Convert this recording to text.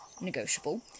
negotiable